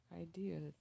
ideas